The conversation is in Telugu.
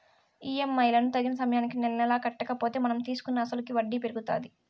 ఈ.ఎం.ఐ లను తగిన సమయానికి నెలనెలా కట్టకపోతే మనం తీసుకున్న అసలుకి వడ్డీ పెరుగుతాది